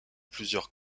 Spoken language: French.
plusieurs